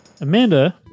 amanda